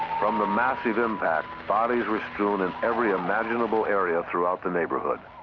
from the massive impact, bodies were strewn in every imaginable area throughout the neighborhood.